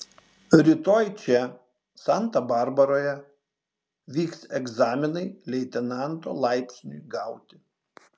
rytoj čia santa barbaroje vyks egzaminai leitenanto laipsniui gauti